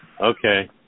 okay